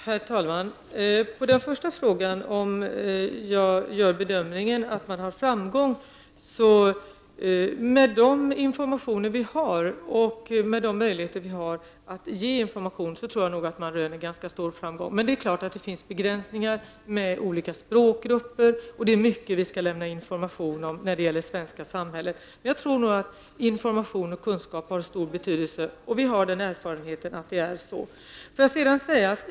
Herr talman! Som svar på den första frågan om jag gör bedömningen att man har nått framgång kan jag säga att med de informationer vi har och med de möjligheter vi har att ge information tror jag att man har rönt ganska stor framgång. Men det är klart att det finns sådana begränsningar som att det rör sig om olika språkgrupper och att det är mycket som vi skall informera om när det gäller det svenska samhället. Jag tror dock att information och kunskap har stor betydelse. Vi har också den erfarenheten att det förhåller sig så.